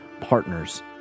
partners